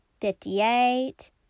Fifty-eight